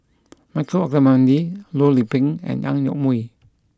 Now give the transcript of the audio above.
Michael Olcomendy Loh Lik Peng and Ang Yoke Mooi